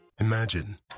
Imagine